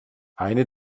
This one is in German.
eine